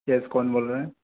yes कौन बोल रहे हैं